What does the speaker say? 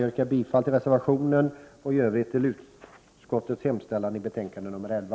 Jag yrkar som sagt bifall till reservationen och i övrigt bifall till utskottets hemställan i betänkande nr 11.